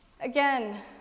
Again